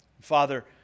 Father